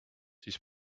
siis